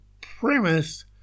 premise